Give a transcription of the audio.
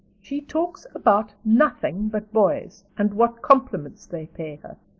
she talks about nothing but boys and what compliments they pay her,